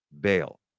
bail